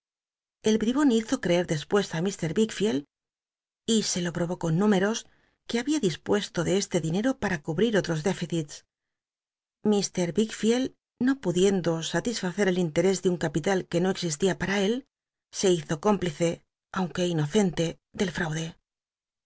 el bribon bizo creer despues á ir wickfield y se lo probó con números que babia dispuesto de este dinero para tos déficits jlr wiekficl no pudiendo cubrir ol satisfacer el in terés de un capital qu e no exi tia para él se hizo ców plicc awh ue inocente del frallcic